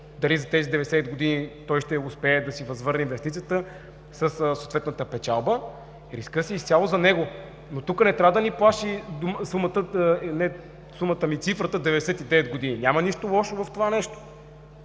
Дали за тези 90 години той ще успее да си възвърне инвестицията със съответната печалба, рискът си е изцяло за него. Но тук не трябва да ни плаши цифрата 99 години, няма нищо лошо в това нещо.